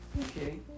Okay